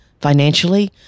Financially